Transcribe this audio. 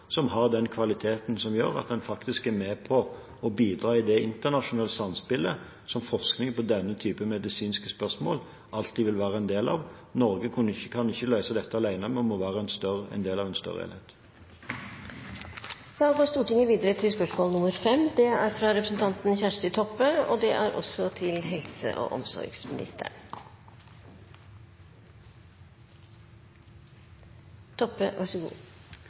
som har den kvaliteten som gjør at en faktisk er med på å bidra i det internasjonale samspillet som forskning når det gjelder denne typen medisinske spørsmål, alltid vil være en del av. Norge kan ikke løse dette alene, vi må være en del av en større helhet. «Fylkeslegen har påvist at Sykehuset Telemark HF har gjort lovbrot med omsyn til sikkerheita rundt nedlegging av Rjukan sykehus. Tilsynet peikar på mangel på sårbarheits- og